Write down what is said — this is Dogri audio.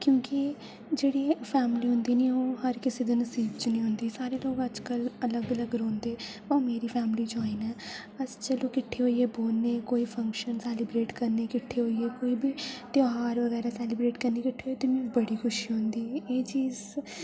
क्योंकि जेह्डी फैमली होंदी नी ओह् हर कुसै दे नसीब च नेईं होंदी सारे लोग अज्जकल अलग अलग रौंह्दे ते अ'ऊं मेरी फैमली जोआइन ऐ अस चलो किट्ठे होइयै बौह्ने कोई फंग्शन सैलिब्रेट करने किट्ठे होइयै कोई बी त्होयार बगैरा सैलिब्रेट करने किट्ठे होइयै ते मी बड़ी खुशी होंदी एह् चीज